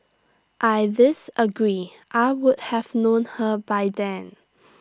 I disagree I would have known her by then